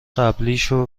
قبلیشو